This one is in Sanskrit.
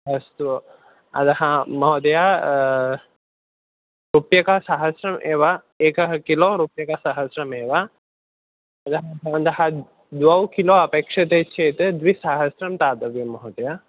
अस्तु अतः महोदय रूप्यकसहस्रम् एव एकः किलो रूप्यकसहस्रमेव यदा भवन्तः द्वौ किलो अपेक्षते चेत् द्विसहस्रं दातव्यं महोदय